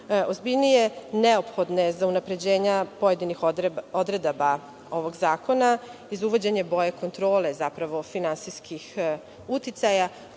ozbiljnije, neophodno je za unapređenje pojedinih odredaba ovog zakona i za uvođenje bolje kontrole finansijskih uticaja,